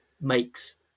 makes